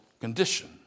condition